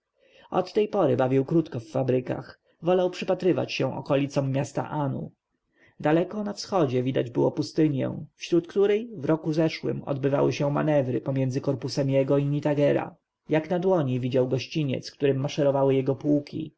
od tej pory bawił krótko w fabrykach wolał przypatrywać się okolicom miasta arm daleko na wschodzie widać było pustynię wśród której w roku zeszłym odbywały się manewry pomiędzy korpusem jego i nitagera jak na dłoni widział gościniec którym maszerowały jego pułki